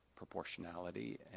proportionality